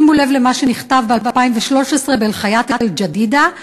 שימו לב למה שנכתב ב-2013 ב"אל-חיאת אל-ג'דידה",